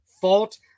fault